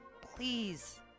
Please